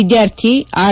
ವಿದ್ವಾರ್ಥಿ R